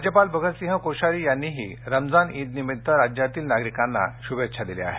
राज्यपाल भगत सिंग कोश्यारी यांनीही रमजान ईदनिमित्त राज्यातील नागरिकांना दिल्या शुभेच्छा दिल्या आहेत